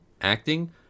Acting